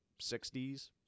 60s